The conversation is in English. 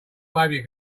baby